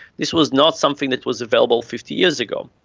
this was not something that was available fifty years ago.